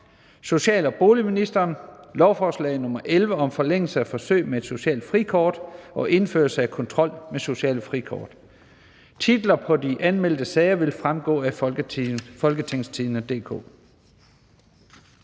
lov om forsøg med et socialt frikort. (Forlængelse af forsøg med et socialt frikort og indførelse af kontrol med sociale frikort)). Titlerne på de anmeldte sager vil fremgå af www.folketingstidende.dk